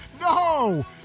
No